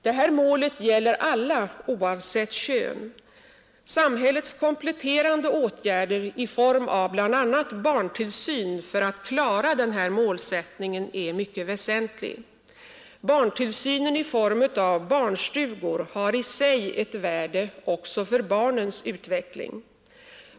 Detta mål gäller alla oavsett kön. Samhällets kompletterande åtgärder i form av bl.a. barntillsyn för att klara denna målsättning är mycket väsentlig. Barntillsynen i form av barnstugor har i sig ett värde också för barnens utveckling.